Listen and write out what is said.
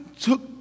took